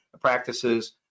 practices